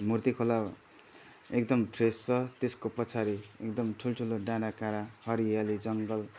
मूर्ति खोला एकदम फ्रेस छ त्यसको त्यसको पछाडि एकदम ठुल्ठुलो डाँडाकाँडा हरियाली जङ्गल